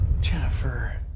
Jennifer